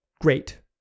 great